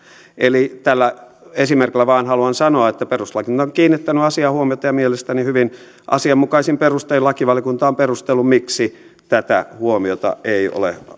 eli tällä esimerkillä vain haluan sanoa että perustuslakivaliokunta on kiinnittänyt asiaan huomiota ja mielestäni hyvin asianmukaisin perustein lakivaliokunta on perustellut miksi tätä huomiota ei